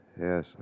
Yes